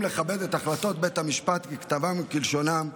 לכבד את החלטות בית המשפט ככתבן וכלשונן,